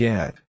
Get